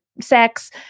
sex